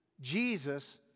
Jesus